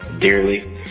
dearly